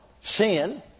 sin